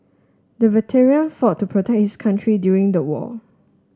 the veteran fought to protect his country during the war